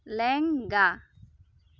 ᱞᱮᱸᱜᱟ